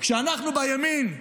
כשאנחנו בימין,